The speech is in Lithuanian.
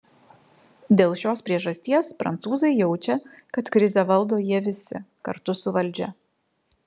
dėl šios priežasties prancūzai jaučia kad krizę valdo jie visi kartu su valdžia